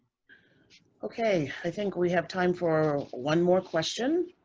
okay. i think we have time for one more question.